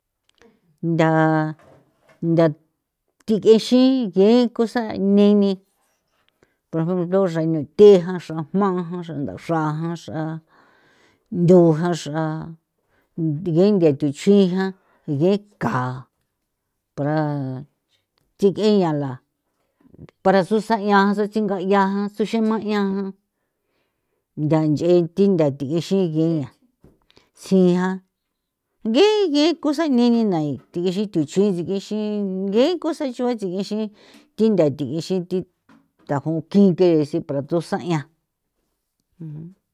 Ntha ntha thig'exi ge cosa neni xa nuthe jan, xra jma jan, xra ndaxra jan, xra nthu jan, xra thi genthia thuchjuin jan yeka para thik'en ya la para susa'ian tsutsinga 'ian jan tsuxima ya jan ntha nch'e thi ntha tigexi ya tsija ge ge cosa nini na'i tigixin thuchjuin sig'exi nge cosa chu'a tsigixin thi ntha thi'i ixi thi tajon kin ngesi para thusan 'ian.